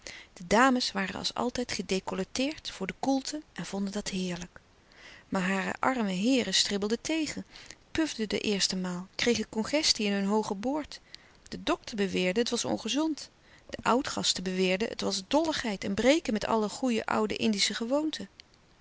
de dames waren als altijd gedecolleteerd voor de koelte en vonden dat heerlijk maar hare arme heeren stribbelden tegen pufden de eerste maal kregen congestie in hun hoogen boord de dokter beweerde het was ongezond de oudgasten beweerden het was dolligheid en breken met alle goeie oude indische gewoonten